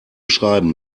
schreiben